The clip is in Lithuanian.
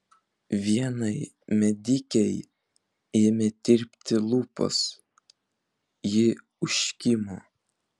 vienai medikei ėmė tirpti lūpos ji užkimo